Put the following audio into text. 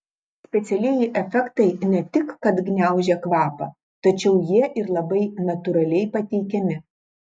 specialieji efektai ne tik kad gniaužia kvapą tačiau jie ir labai natūraliai pateikiami